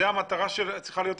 זאת המטרה של החקיקה,